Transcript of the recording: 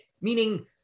Meaning